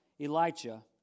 Elijah